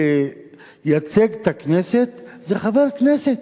לייצג את הכנסת זה חבר הכנסת,